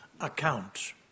account